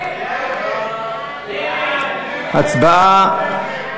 התשע"ג 2013. הצבעה.